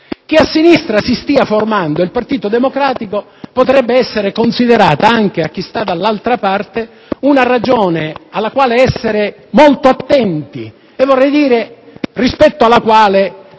Che a sinistra si stia formando il partito democratico potrebbe essere considerata, anche da parte di chi sta dall'altra parte, una ragione alla quale essere molto attenti e rispetto alla quale